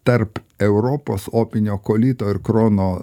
tarp europos opinio kolito ir krono